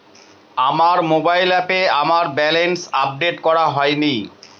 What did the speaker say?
আমার মোবাইল অ্যাপে আমার ব্যালেন্স আপডেট করা হয়নি